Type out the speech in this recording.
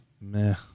meh